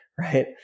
right